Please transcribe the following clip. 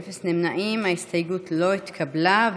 קבוצת סיעת ש"ס וקבוצת סיעת הציונות הדתית לסעיף 2 לא נתקבלה.